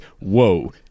whoa